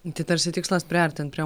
tai tarsi tikslas priartint prie